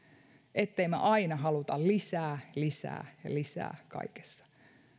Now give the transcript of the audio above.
ettemme me aina halua lisää lisää ja lisää kaikessa